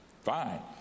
fine